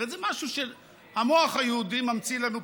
זה משהו שהמוח היהודי ממציא לנו פטנטים,